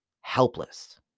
helpless